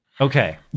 okay